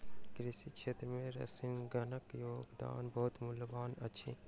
कृषि क्षेत्र में स्त्रीगणक योगदान बहुत मूल्यवान अछि